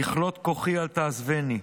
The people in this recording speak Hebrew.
ככלות כֹחי אל תעזבני".